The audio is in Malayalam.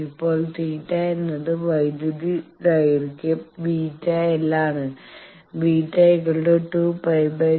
ഇപ്പോൾ θ എന്നത് വൈദ്യുത ദൈർഘ്യം βl ആണ് β2 π λ